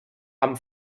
amb